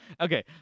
Okay